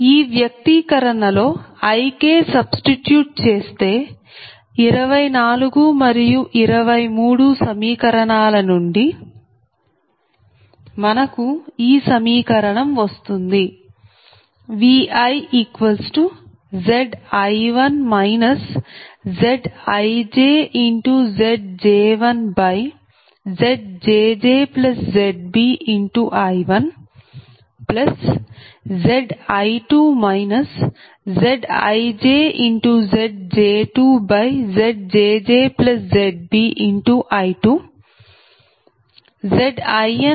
ఈ వ్యక్తీకరణ లో Ik సబ్స్టిట్యూట్ చేస్తే 24 మరియు 23 సమీకరణాల నుండి మనకు ఈ సమీకరణం వస్తుంది ViZi1 ZijZj1ZjjZbI1Zi2 ZijZj2ZjjZbI2Zin ZijZjnZjjZbIn